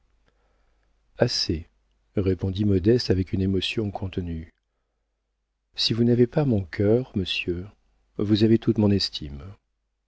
assez répondit modeste avec une émotion contenue si vous n'avez pas mon cœur monsieur vous avez toute mon estime